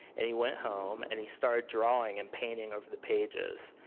and he went home, and he started drawing and painting of the pages.